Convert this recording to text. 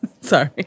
Sorry